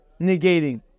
negating